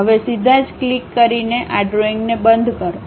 હવે સીધા જ ક્લિક કરીને આ ડ્રોઈંગ ને બંધ કરો